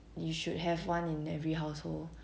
you should have one in every household